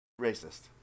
Racist